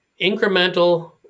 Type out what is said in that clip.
incremental